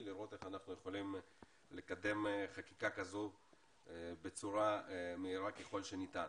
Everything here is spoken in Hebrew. לראות איך אנחנו יכולים לקדם חקיקה כזו בצורה מהירה ככל שניתן.